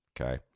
Okay